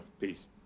Peace